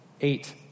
Eight